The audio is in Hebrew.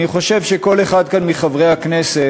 אני חושב שכל אחד כאן מחברי הכנסת,